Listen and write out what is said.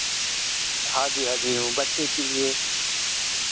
हाँ जी हाँ जी ह्म्म बच्चे के लिए